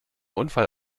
unfall